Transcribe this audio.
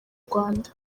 rwanda